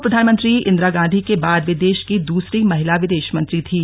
पूर्व प्रधानमंत्री इन्दिरा गांधी के बाद वे देश की दूसरी महिला विदेश मंत्री थीं